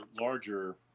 larger